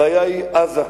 הבעיה היא עזה,